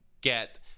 get